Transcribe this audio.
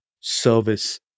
service